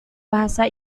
bahasa